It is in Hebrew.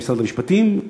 במשרד המשפטים,